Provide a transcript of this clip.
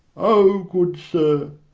o, good sir,